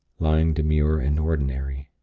lying demure and ordinary.